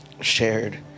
shared